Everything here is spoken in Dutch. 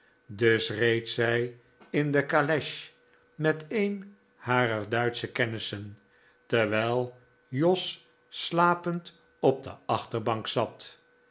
dus reed zij in de caleche met een harer duitsche kennissen terwijl jos slapend op de achterbank zat